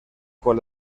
con